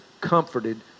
comforted